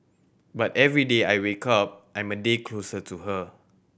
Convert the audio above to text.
but every day I wake up I'm a day closer to her